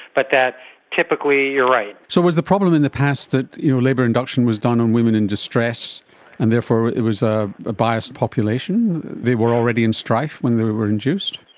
but typically you're right. so was the problem in the past that you know labour induction was done on women in distress and therefore it was a biased population, they were already in strife when they were induced?